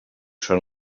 són